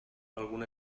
algun